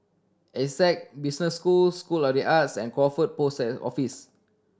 Essec Business School School of The Arts and Crawford Post Office